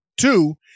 two